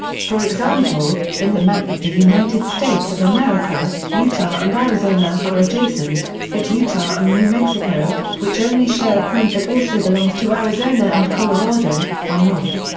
for example, in the map of the united states of america, utah and arizona are adjacent, but utah and new mexico, which only share a point that also belongs to arizona and colorado, are not.